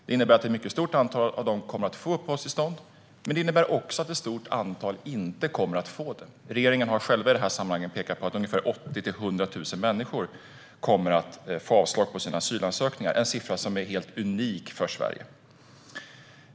Det innebär att ett mycket stort antal av dem kommer att få uppehållstillstånd, men det innebär också att ett stort antal inte kommer att få det. Regeringen har själv i detta sammanhang pekat på att 80 000-100 000 människor kommer att få avslag på sina asylansökningar - en siffra som är helt unik för Sverige.